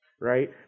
right